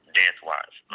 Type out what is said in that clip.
dance-wise